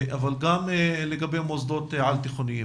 אבל גם לגבי מוסדות על תיכוניים.